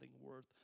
worth